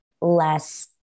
less